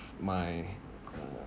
~f my uh